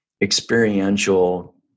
experiential